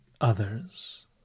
others